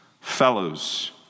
fellows